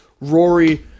Rory